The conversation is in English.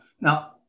now